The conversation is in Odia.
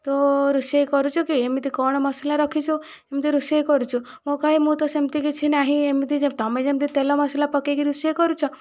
ତୁ ରୋଷେଇ କରୁଛୁ କି ଏମିତି କଣ ମସଲା ରଖିଛୁ ଏମିତି ରୋଷେଇ କରୁଛୁ ମୁଁ କୁହେ ମୁଁ ତ ସେମିତି କିଛି ନାହିଁ ଏମିତି ଯେ ତୁମେ ଯେମିତି ତେଲ ମସଲା ପକେଇକି ରୋଷେଇ କରୁଛ